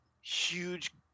huge